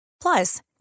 Plus